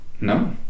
No